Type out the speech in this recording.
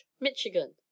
Michigan